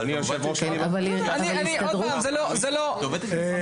לקחת את זה לתשומת הלב, ולשמוע אותנו.